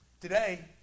Today